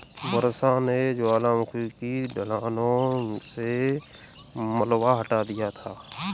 वर्षा ने ज्वालामुखी की ढलानों से मलबा हटा दिया था